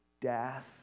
death